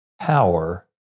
power